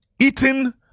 eating